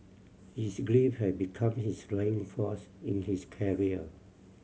his grief had become his driving force in his career